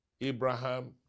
Abraham